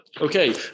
Okay